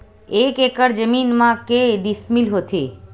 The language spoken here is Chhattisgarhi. एक एकड़ जमीन मा के डिसमिल होथे?